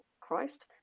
christ